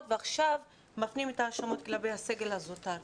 ועכשיו מפנים את ההאשמות כלפי הסגל הזוטר.